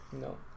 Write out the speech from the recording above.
No